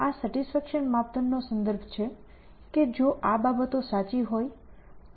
આ સેટિસ્ફેકશનના માપદંડનો સંદર્ભ છે કે જો આ બાબતો સાચી હોય તો મેં મારું લક્ષ્ય પ્રાપ્ત કર્યું છે